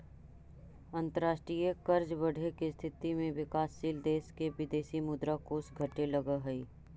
अंतरराष्ट्रीय कर्ज बढ़े के स्थिति में विकासशील देश के विदेशी मुद्रा कोष घटे लगऽ हई